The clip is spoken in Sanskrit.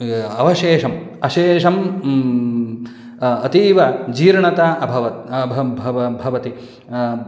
अवशेषम् अशेषम् अतीवजीर्णता अभवत् भवति